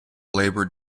labor